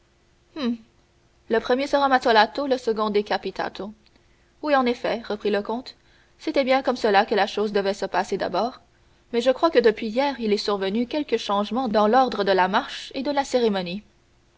le premier sera mazzolato le second decapitato oui en effet reprit le comte c'était bien comme cela que la chose devait se passer d'abord mais je crois que depuis hier il est survenu quelque changement dans l'ordre et la marche de la cérémonie